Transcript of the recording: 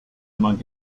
among